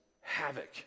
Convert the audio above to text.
havoc